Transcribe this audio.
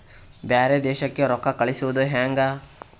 ಬ್ಯಾರೆ ದೇಶಕ್ಕೆ ರೊಕ್ಕ ಕಳಿಸುವುದು ಹ್ಯಾಂಗ?